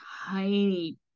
tiny